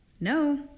No